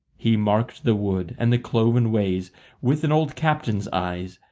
he marked the wood and the cloven ways with an old captain's eyes,